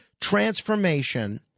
transformation